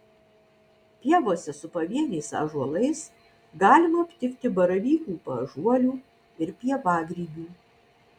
pievose su pavieniais ąžuolais galima aptikti baravykų paąžuolių ir pievagrybių